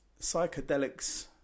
psychedelics